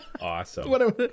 awesome